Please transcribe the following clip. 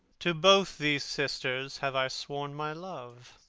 to both these sisters have i sworn my love